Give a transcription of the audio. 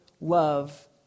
love